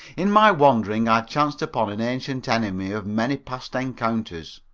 in my wandering i chanced upon an ancient enemy of many past encounters.